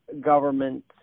government